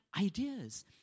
ideas